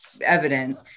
evident